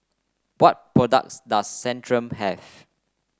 what products does Centrum have